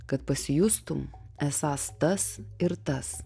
kad pasijustum esąs tas ir tas